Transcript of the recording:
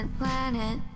planet